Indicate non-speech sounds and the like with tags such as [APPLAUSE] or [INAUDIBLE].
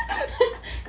[LAUGHS]